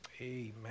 Amen